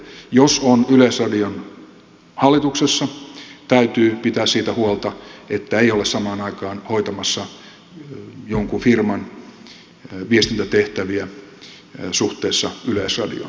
jos on yleisradion hallituksessa täytyy pitää siitä huolta että ei ole samaan aikaan hoitamassa jonkin firman viestintätehtäviä suhteessa yleisradioon